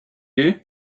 you